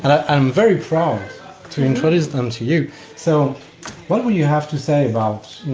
and i'm very proud to introduce them to you so what would you have to say about